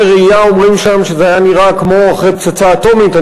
עדי ראייה אומרים שם שזה נראה כמו אחרי פצצה אטומית.